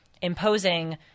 imposing